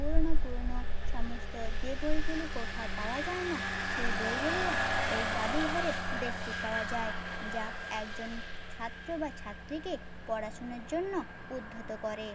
পুরনো পুরনো সমস্ত যে বইগুলি কোথাও পাওয়া যায় না সেই বইগুলো ওই জাদুঘরে দেখতে পাওয়া যায় যা একজন ছাত্র বা ছাত্রীকে পড়াশুনোর জন্য উদ্ধত করে